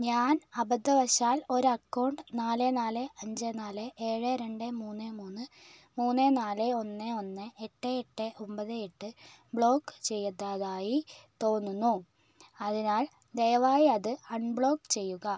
ഞാൻ അബദ്ധവശാൽ ഒരു അക്കൗണ്ട് നാല് നാല് അഞ്ച് നാല് ഏഴ് രണ്ട് മൂന്ന് മൂന്ന് മൂന്ന് നാല് ഒന്ന് ഒന്ന് എട്ട് എട്ട് ഒൻപത് എട്ട് ബ്ലോക്ക് ചെയ്തതായി തോന്നുന്നു അതിനാൽ ദയവായി അത് അൺബ്ലോക്ക് ചെയ്യുക